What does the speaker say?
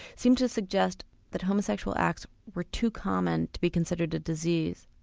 seemed to suggest that homosexual acts were too common to be considered a disease.